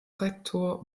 rektor